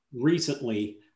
Recently